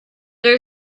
there